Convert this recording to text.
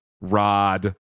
Rod